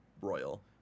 Royal